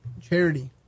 Charity